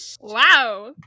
Wow